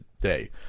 day